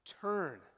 Turn